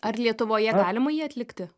ar lietuvoje galima jį atlikti